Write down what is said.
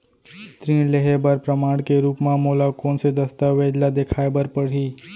ऋण लिहे बर प्रमाण के रूप मा मोला कोन से दस्तावेज ला देखाय बर परही?